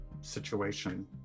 situation